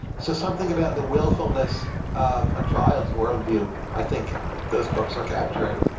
so something about the willfulness of a child's worldview i think those books are capturing.